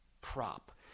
prop